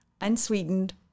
unsweetened